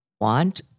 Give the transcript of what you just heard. want